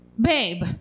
babe